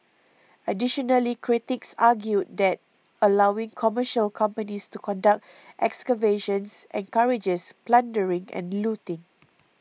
additionally critics argued that allowing commercial companies to conduct excavations encourages plundering and looting